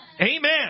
Amen